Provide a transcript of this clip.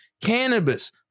cannabis